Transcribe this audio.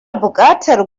buƙatar